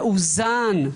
מאוזן,